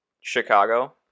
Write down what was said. Chicago